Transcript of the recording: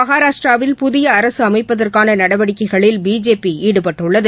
மகராஷ்ட்ராவில் புதியஅரசுஅமைப்பதற்கானநடவடிக்கைகளில் பிஜேபிஈடுபட்டுள்ளது